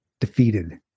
defeated